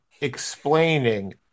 explaining